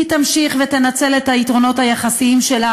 והיא תמשיך ותנצל את היתרונות היחסיים שלה